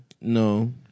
No